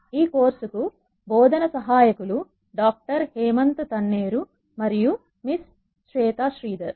ఈ కోర్సుకు బోధనసహాయకులు డాక్టర్ హేమంత్ తన్నే రు మరియు మిస్ శ్వేతా శ్రీధర్